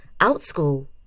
OutSchool